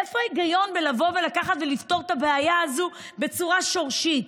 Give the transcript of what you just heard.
איפה ההיגיון של לבוא ולקחת ולפתור את הבעיה הזו בצורה שורשית?